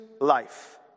life